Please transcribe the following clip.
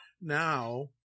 now